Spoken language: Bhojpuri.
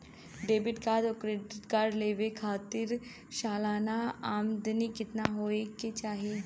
डेबिट और क्रेडिट कार्ड लेवे के खातिर सलाना आमदनी कितना हो ये के चाही?